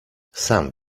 sam